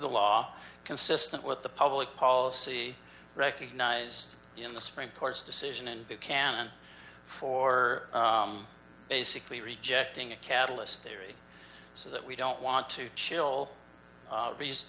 the law consistent with the public policy recognized in the supreme court's decision in the canon for basically rejecting a catalyst theory so that we don't want to chill these